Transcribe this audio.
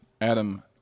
Adam